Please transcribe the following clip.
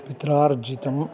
पित्रार्जितम्